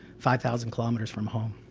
five thousand kilometers from home.